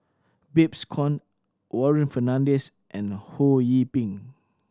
Babes Conde Warren Fernandez and Ho Yee Ping